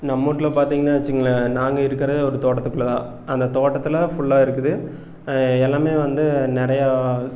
நம்ம வீட்டுல பார்த்தீங்கனா வச்சிக்குங்களன் நாங்கள் இருக்கிறது ஒரு தோட்டத்துக்குள்ள தான் அந்த தோட்டத்தில் ஃபுல்லா இருக்குது எல்லாமே வந்து நிறையா